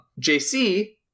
JC